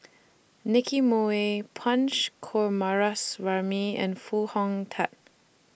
Nicky Moey Punch Coomaraswamy and Foo Hong Tatt